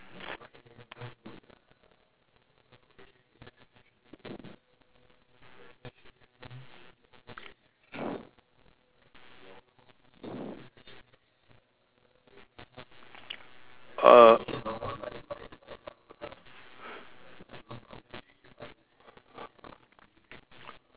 err